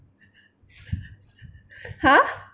!huh!